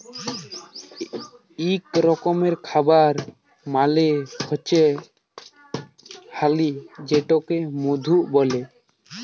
ইক রকমের খাবার মালে হচ্যে হালি যেটাকে মধু ব্যলে